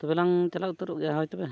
ᱛᱚᱵᱮᱞᱟᱝ ᱪᱟᱞᱟᱣ ᱩᱛᱟᱹᱨᱚᱜ ᱜᱮᱭᱟ ᱦᱳᱭ ᱛᱚᱵᱮ